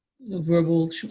verbal